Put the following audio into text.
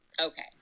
okay